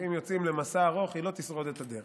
אם יוצאים למסע ארוך, היא לא תשרוד את הדרך.